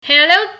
Hello